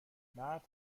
مرد